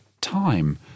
time